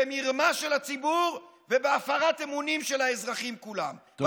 במרמה של הציבור ובהפרת אמונים של האזרחים כולם,